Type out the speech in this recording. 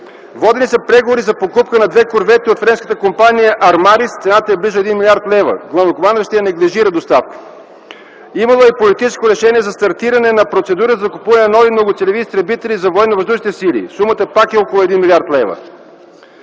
Водени са преговори за покупка на две корвети от френската компания „Армарис”, цената е близо 1 млрд. лв. - главнокомандващият неглижира доставката. Имало е и политическо решение за стартиране на процедура за купуване на нови многоцелеви изтребители за Военновъздушните сили. Сумата пак е около 1 млрд. лв.